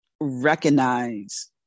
recognize